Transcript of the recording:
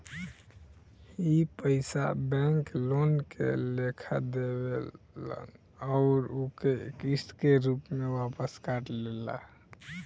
ई पइसा bank loan के लेखा देवेल अउर ओके किस्त के रूप में वापस काट लेला